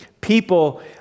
people